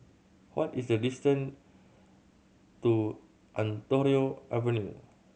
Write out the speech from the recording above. what is the distance to Ontario Avenue